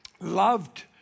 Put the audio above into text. loved